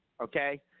okay